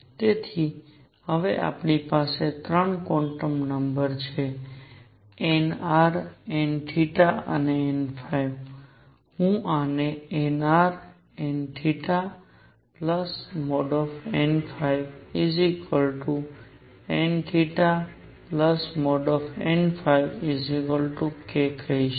તેથી હવે આપણી પાસે 3 ક્વોન્ટમ નંબર છે nrnn હું આને nrnnnnk કહીશ